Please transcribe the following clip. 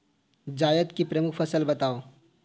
जायद की प्रमुख फसल बताओ